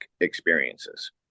experiences